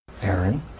Aaron